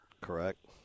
correct